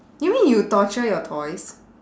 you mean you torture your toys